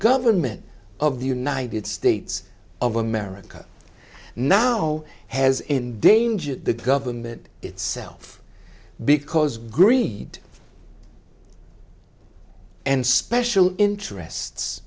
government of the united states of america now has endangered the government itself because greed and special interests